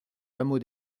hameau